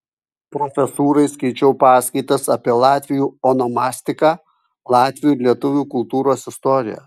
profesūrai skaičiau paskaitas apie latvių onomastiką latvių ir lietuvių kultūros istoriją